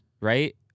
right